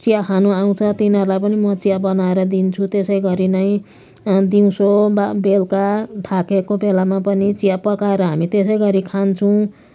चिया खानु आउँछ तिनीहरूलाई पनि म चिया बनाएर दिन्छु त्यसै गरी नै अनि दिउँसो वा बेलुका थाकेको बेलामा पनि चिया पकाएर हामी त्यसै गरी खान्छौँ